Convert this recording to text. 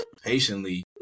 patiently